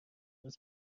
باز